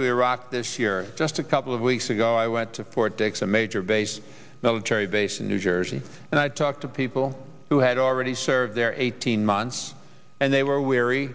to iraq this year just a couple of weeks ago i went to fort dix a major base military base in new jersey and i talked to people who had already served there eighteen months and they were weary